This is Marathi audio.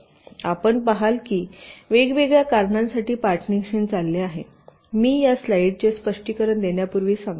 आपण पहाल की वेगवेगळ्या कारणांसाठी पार्टिशनिंग चालले आहे मी या स्लाइडचे स्पष्टीकरण देण्यापूर्वी सांगते